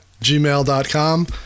gmail.com